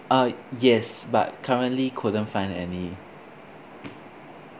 uh yes but currently couldn't find any